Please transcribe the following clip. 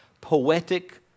poetic